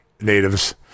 natives